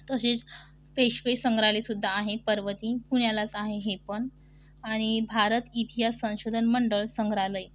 तसेच पेशवे संग्रहालयसुद्धा आहे पर्वती पुण्यालाच आहे हे पण आणि भारत इतिहास संशोधन मंडळ संग्रहालय